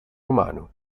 romano